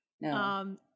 No